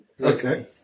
Okay